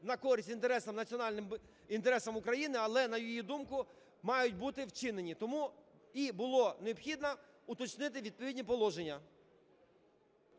на користь національним інтересам України, але, на її думку, мають бути вчинені. Тому і було необхідно уточнити відповідні положення.